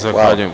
Zahvaljujem.